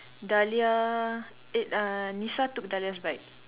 Dahlia eh uh Nisa took Dahlia's bike